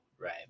right